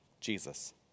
Jesus